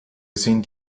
sind